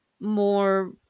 more